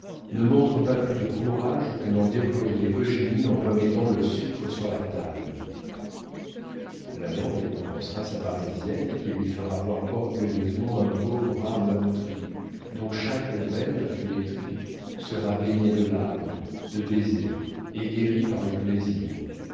ne montre pas plus de courage que n'en déployait eugénie en remettant le sucre sur la table l'amant récompensera sa parisienne qui lui fera voir orgueilleusement un beau bras meurtri dont chaque veine flétrie sera baignée de larmes de baisers et guérie par le plaisir